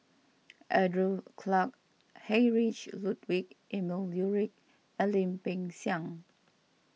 Andrew Clarke Heinrich Ludwig Emil Luering and Lim Peng Siang